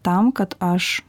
tam kad aš